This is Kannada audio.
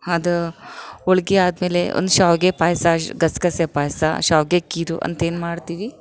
ಅದು ಹೋಳ್ಗಿ ಆದಮೇಲೆ ಒಂದು ಶ್ಯಾವಿಗೆ ಪಾಯಸ ಗಸಗಸೆ ಪಾಯಸ ಶ್ಯಾವಿಗೆ ಖೀರು ಅಂತೇನು ಮಾಡ್ತೀವಿ